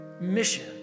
mission